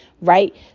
right